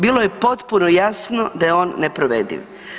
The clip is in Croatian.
Bilo je potpuno jasno da je on neprovediv.